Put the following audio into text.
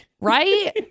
Right